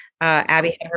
Abby